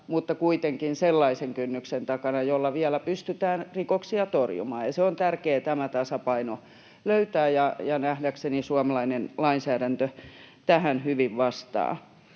mutta kuitenkin sellaisen kynnyksen takana, jolla vielä pystytään rikoksia torjumaan. On tärkeää löytää tämä tasapaino, ja nähdäkseni suomalainen lainsäädäntö tähän hyvin vastaa.